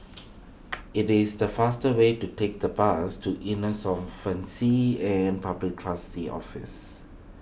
it is the faster way to take the bus to and Public Trustee's Office